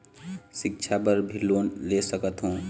सिक्छा बर भी लोन ले सकथों?